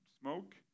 smoke